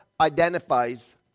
identifies